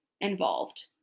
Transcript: involved